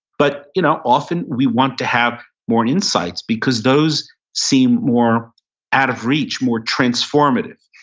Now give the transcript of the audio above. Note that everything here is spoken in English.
but you know often we want to have more insights because those seem more out of reach, more transformative.